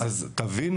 אבל לא מנענו